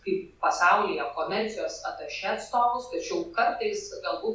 kaip pasaulyje komercijos atašė atstovus tačiau kartais galbūt